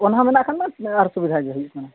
ᱚᱱᱟ ᱦᱚᱸ ᱢᱮᱱᱟᱜ ᱠᱷᱟᱱᱢᱟ ᱟᱨᱚ ᱥᱩᱵᱤᱫᱷᱟ ᱜᱮ ᱦᱩᱭᱩᱜ ᱠᱟᱱᱟ